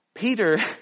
Peter